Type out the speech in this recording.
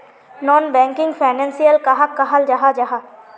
Non banking financial कहाक कहाल जाहा जाहा?